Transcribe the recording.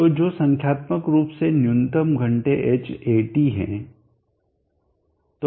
तो जो संख्यात्मक रूप से न्यूनतम घंटे Hat है